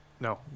no